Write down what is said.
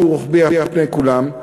שהוא רוחבי על פני כולם,